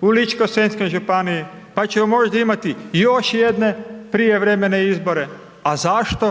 u Ličko-senjskoj županiji, pa ćemo možda imati još jedne prijevremene izbore, a zašto?